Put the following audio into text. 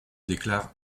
déclare